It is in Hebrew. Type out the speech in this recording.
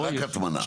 רק הטמנה.